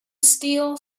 steel